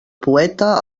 poeta